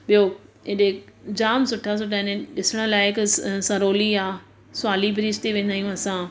ॿियों हेॾे जाम सुठा सुठा आहिनि ॾिसणु लायक सरोली आहे सुआली ब्रिज ते वेंदा आहियूं असां